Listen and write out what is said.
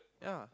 ya